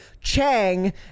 Chang